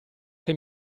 che